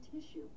tissue